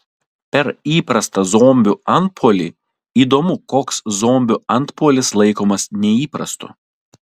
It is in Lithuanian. per įprastą zombių antpuolį įdomu koks zombių antpuolis laikomas neįprastu